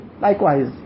likewise